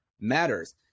matters